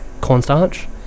cornstarch